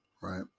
right